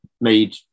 made